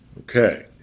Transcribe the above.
Okay